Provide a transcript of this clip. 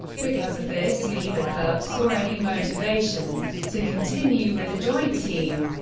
because of this, neither club saw any motivation to continue with the joint team.